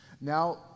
now